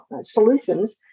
solutions